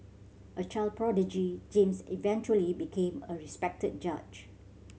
a child prodigy James eventually became a respected judge